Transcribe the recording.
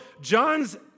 John's